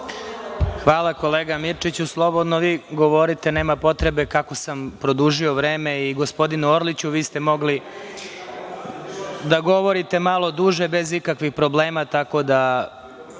Hvala kolega Mirčiću. Slobodno vi govorite, nema potreba kako sam produžio vreme i gospodinu Orliću, vi ste mogli da govorite malo duže bez ikakvih problema, tako da